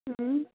اۭں